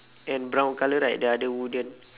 and brown colour right the other wooden